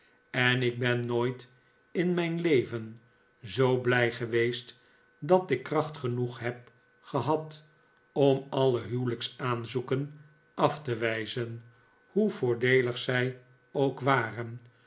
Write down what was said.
en ik ben nooit in mijn leven zoo blij geweest dat ik kracht genoeg heb gehad om alle huwelijksaanzoeken af te wijzen hoe voordeelig zij ook waren